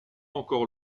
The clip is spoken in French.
encore